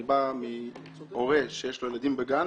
אני הורה שיש לו ילדים בגן